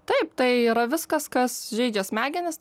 taip tai yra viskas kas žeidžia smegenis